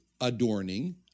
adorning